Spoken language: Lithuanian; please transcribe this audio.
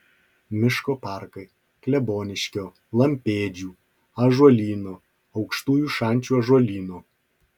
miško parkai kleboniškio lampėdžių ąžuolyno aukštųjų šančių ąžuolyno